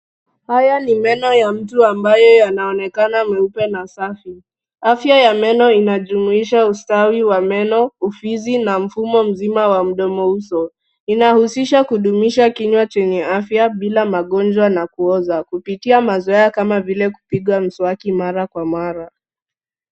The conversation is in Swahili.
Haya ni meno ya mtu ambaye yanaonekana meupe na safi. Afya ya meno inajumuisha: ustawi wa meno, ufizi na mfumo mzima wa mdomo uso. Inahusisha kudumisha kinywa chenye afya bila magonjwa na kuoza kupitia mazoea kama vile kupiga mswaki mara kwa mara.